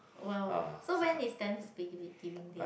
!wow! so when is thanks giving giving day